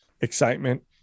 excitement